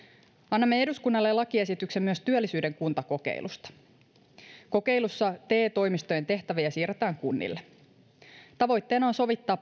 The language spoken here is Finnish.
annamme eduskunnalle lakiesityksen myös työllisyyden kuntakokeilusta kokeilussa te toimistojen tehtäviä siirretään kunnille tavoitteena on sovittaa